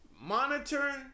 Monitoring